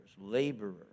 laborers